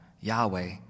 Yahweh